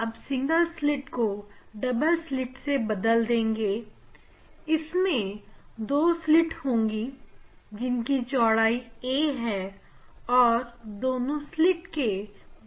तो अब हम सिंगल स्लिट को डबल स्लिट से बदल देंगे इसमें दो स्लिट होंगी जिन की चौड़ाई 'a' है और दोनों स्लिट के बीच की दूरी "b" है